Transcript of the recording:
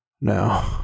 no